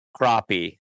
crappie